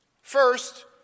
First